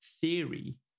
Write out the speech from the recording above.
theory